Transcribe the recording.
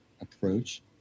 approach